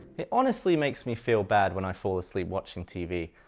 it honestly makes me feel bad when i fall asleep watching tv,